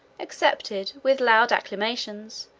accepted, with loud acclamations,